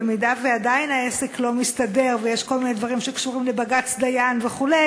אם עדיין העסק לא מסתדר ויש כל מיני דברים שקשורים לבג"ץ דיין וכו',